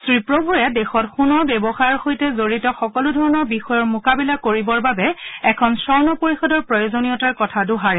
শ্ৰীপ্ৰভৱে দেশত সোণৰ ব্যৱসায়ৰ সৈতে জড়িত সকলোধৰণৰ বিষয়ৰ মোকাবিলা কৰিবৰ বাবে এখন স্বৰ্ণ পৰিষদৰ প্ৰয়োজনীয়তাৰ কথা দোহাৰে